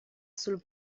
sul